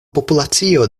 populacio